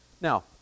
Now